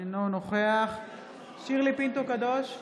אינו נוכח שירלי פינטו קדוש,